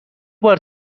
بار